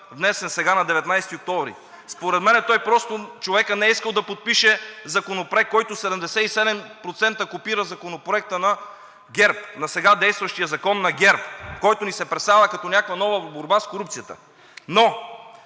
внесен сега на 19 октомври. (Смях от ВЪЗРАЖДАНЕ.) Според мен просто човекът не е искал да подпише Законопроект, който 77% копира Законопроекта на ГЕРБ, на сега действащия Закон на ГЕРБ, който ни се представя като някаква нова борба с корупцията. Но